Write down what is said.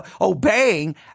obeying